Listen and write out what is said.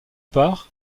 part